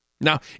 Now